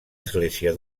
església